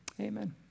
Amen